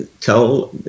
tell